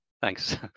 Thanks